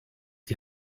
die